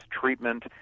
treatment